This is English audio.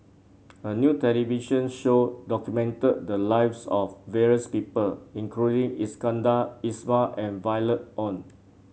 a new television show documented the lives of various people including Iskandar Ismail and Violet Oon